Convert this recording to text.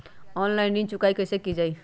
Online ऋण चुकाई कईसे की ञाई?